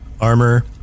armor